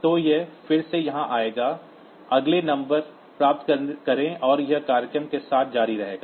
तो यह फिर से यहाँ आएगा अगले नंबर प्राप्त करें और यह प्रोग्राम के साथ जारी रहेगा